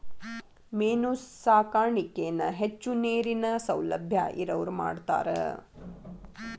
main ಸಾಕಾಣಿಕೆನ ಹೆಚ್ಚು ನೇರಿನ ಸೌಲಬ್ಯಾ ಇರವ್ರ ಮಾಡ್ತಾರ